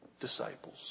disciples